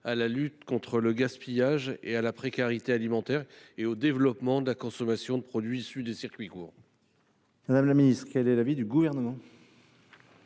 à la lutte contre le gaspillage et la précarité alimentaires et au développement de la consommation de produits issus de circuits courts